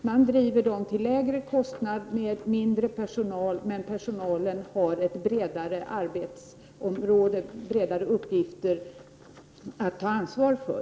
Man driver vårdcentralerna till en lägre kostnad — man har mindre personal, men personalen har ett bredare ansvarsområde, vidare uppgifter.